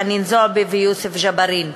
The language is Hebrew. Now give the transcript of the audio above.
חנין זועבי ויוסף ג'בארין.